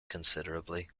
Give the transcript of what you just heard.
considerably